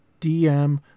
DM